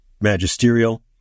magisterial